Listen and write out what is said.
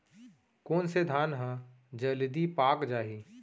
कोन से धान ह जलदी पाक जाही?